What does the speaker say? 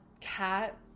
cat